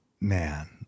Man